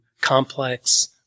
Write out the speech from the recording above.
complex